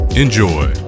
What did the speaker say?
enjoy